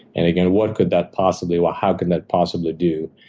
and again, what could that possibly, or how could that possibly do?